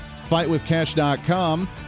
fightwithcash.com